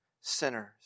sinners